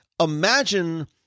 Imagine